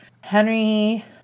Henry